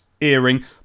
earring